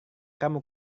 kamu